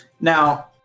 Now